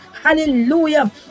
hallelujah